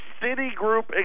Citigroup